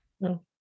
No